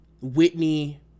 Whitney